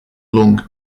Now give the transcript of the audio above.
lung